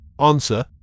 Answer